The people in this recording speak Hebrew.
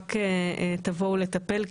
רק תבואו לטפל,